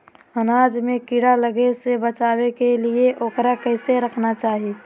अनाज में कीड़ा लगे से बचावे के लिए, उकरा कैसे रखना चाही?